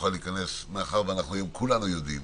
נוכל להיכנס מאחר שהיום כולנו יודעים